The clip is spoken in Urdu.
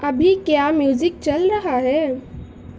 ابھی کیا میوزک چل رہا ہے